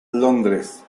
londres